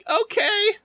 okay